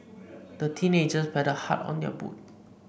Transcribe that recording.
the teenagers paddled hard on their boat